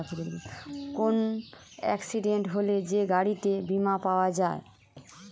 কোন এক্সিডেন্ট হলে যে গাড়িতে বীমা পাওয়া যায়